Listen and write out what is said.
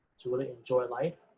to really enjoy life,